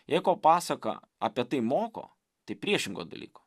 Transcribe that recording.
jeigu pasaka apie tai moko tai priešingo dalyko